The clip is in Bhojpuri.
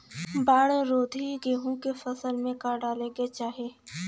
बाढ़ रोधी गेहूँ के फसल में का डाले के चाही?